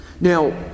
Now